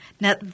Now